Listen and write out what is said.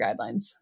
guidelines